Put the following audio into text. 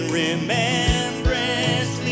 remembrance